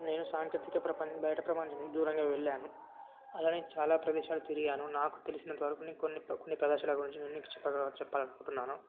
నేను సాంకేతిక ప్రపం బయట ప్రపంచానికి దూరంగా వెళ్ళాను అలానే చాలా ప్రదేశాలు తిరిగాను నాకు తెలిసినంతవరకు నేను కొన్ని కొన్ని ప్రదేశాల గురించి నేను మీకు చెప్పగల చెప్పాలనుకుంటున్నాను